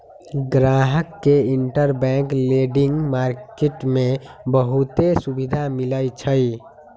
गाहक के interbank lending market में बहुते सुविधा मिलई छई